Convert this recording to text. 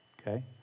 Okay